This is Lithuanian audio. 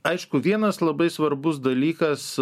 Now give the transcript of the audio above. aišku vienas labai svarbus dalykas